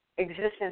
existence